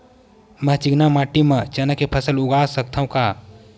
मै ह चिकना माटी म चना के फसल उगा सकथव का?